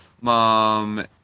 mom